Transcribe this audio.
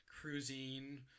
cruising